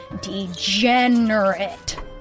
DeGenerate